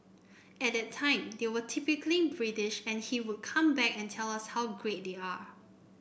at that time they were typically British and he would come back and tell us how great they are